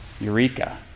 Eureka